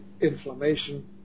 inflammation